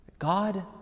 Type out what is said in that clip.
God